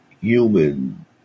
human